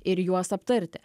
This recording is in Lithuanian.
ir juos aptarti